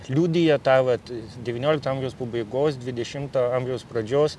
liudija tą vat devyniolikto amžiaus pabaigos dvidešimto amžiaus pradžios